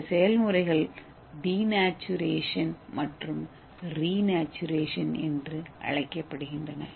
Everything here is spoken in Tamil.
இந்த செயல்முறைகள் டீநச்சுரசின் மற்றும் ரிநச்சுரசின் என அழைக்கப்படுகின்றன